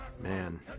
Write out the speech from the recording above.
Man